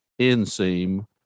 inseam